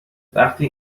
وقتی